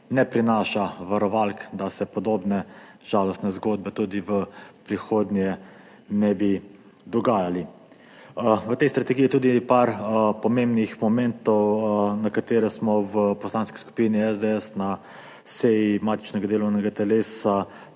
ne prinaša varovalk, da se podobne žalostne zgodbe tudi v prihodnje ne bi dogajale. V tej strategiji je tudi par pomembnih momentov, na katere smo v Poslanski skupini SDS na seji matičnega delovnega telesa